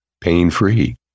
pain-free